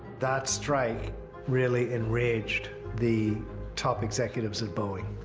that strike really enraged the top executives at boeing.